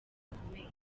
zikomeye